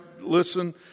listen